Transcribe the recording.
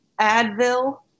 Advil